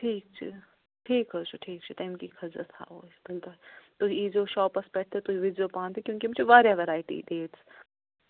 ٹھیٖک چھُ ٹھیٖک حظ چھُ ٹھیٖک چھُ تَمکی خٔزٕر تھاوَو أسۍ تَمہِ دۄہ تُہۍ ییٖزیو شاپَس پٮ۪ٹھ تہٕ تُہۍ وُچھ زیٚو پانہٕ تہِ کیوٗنٛکہِ یِم چھِ واریاہ ویرایٹی ڈیٹٕس